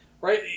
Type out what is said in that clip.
Right